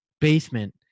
basement